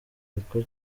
niko